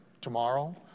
tomorrow